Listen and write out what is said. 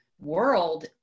world